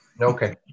Okay